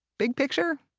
big picture,